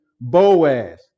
boaz